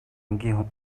энгийн